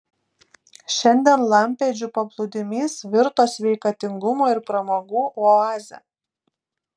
šiandien lampėdžių paplūdimys virto sveikatingumo ir pramogų oaze